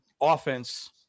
offense